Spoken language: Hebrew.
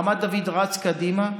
רמת דוד רץ קדימה,